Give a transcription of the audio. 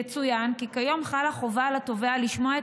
יצוין כי כיום חלה חובה על התובע לשמוע את